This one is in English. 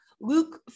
Luke